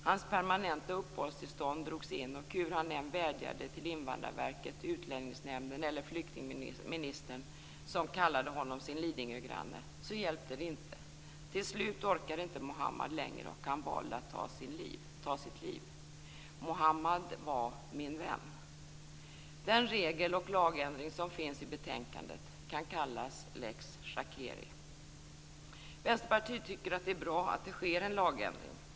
Hans permanenta uppehållstillstånd drogs in, och hur han än vädjade till Invandrarverket, Utlänningsnämnden eller flyktingministern, som kallade honom sin Lidingögranne, hjälpte det inte. Till slut orkade inte Mohammad längre, och han valde att ta sitt liv. Mohammad var min vän. Den regel och lagändring som finns i betänkandet kan kallas lex Vänsterpartiet tycker att det är bra att det sker en lagändring.